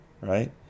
right